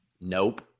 Nope